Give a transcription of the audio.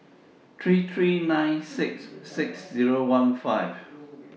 three three nine six six Zero one five